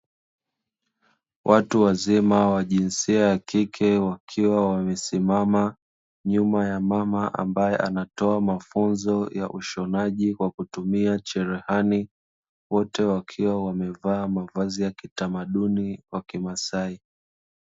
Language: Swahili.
Watu wazima wa jinsia ya kike wakiwa wamesima nyuma ya mama ambaye anayetoa mafunzo ya ushonaji kwa kutumia cherehani, wote wakiwa wamevaa mavazi ya kitamaduni ya kimasai.